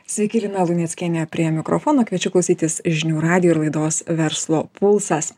sveiki lina luneckienė prie mikrofono kviečiu klausytis žinių radijo ir laidos verslo pulsas